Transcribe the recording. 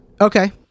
Okay